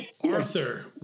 Arthur